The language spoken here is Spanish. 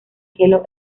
cielo